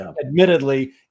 Admittedly